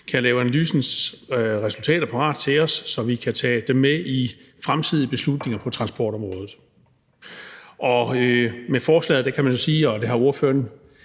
kan de have analysens resultater parat til os, så vi kan tage dem med i fremtidige beslutninger på transportområdet. Med det her forslag kan man sige, og det har ordføreren